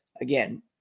Again